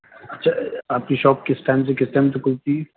اچھا آپ کی شاپ کس ٹائم سے کس ٹائم تک کھلتی ہے